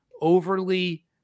overly